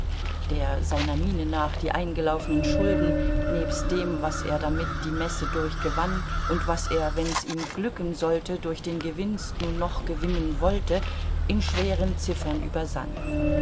der seiner miene nach die eingelaufnen schulden nebst dem was er damit die messe durch gewann und was er wenns ihm glücken sollte durch den gewinst nun noch gewinnen wollte in schweren ziffern übersann